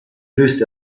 löst